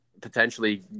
potentially